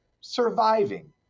surviving